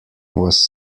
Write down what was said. was